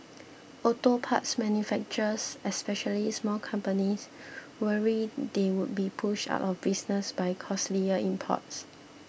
auto parts manufacturers especially small companies worry they would be pushed out of business by costlier imports